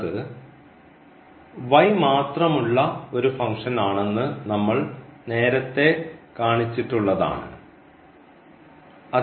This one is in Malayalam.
എന്നത് മാത്രമുള്ള ഒരു ഫങ്ക്ഷൻ ആണെന്ന് നമ്മൾ നേരത്തെകാണിച്ചിട്ടുള്ളത് ആണ്